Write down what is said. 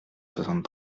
soixante